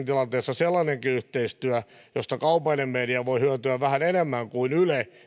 tilanteissa sellainenkin yhteistyö josta kaupallinen media voi hyötyä vähän enemmän kuin yle